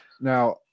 Now